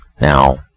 Now